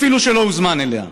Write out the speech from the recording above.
אפילו שלא הוזמן אליה.